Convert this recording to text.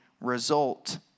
result